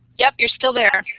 yes, you're still there.